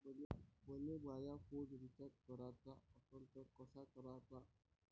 मले माया phone recharge कराचा असन तर कसा कराचा?